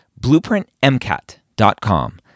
BlueprintMCAT.com